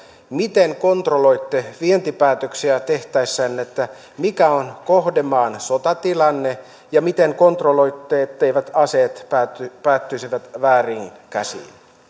miten kontrolloitte vientipäätöksiä tehtäessä mikä on kohdemaan sotatilanne ja miten kontrolloitte etteivät aseet päätyisi päätyisi vääriin käsiin